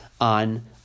on